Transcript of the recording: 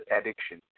addiction